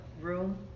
room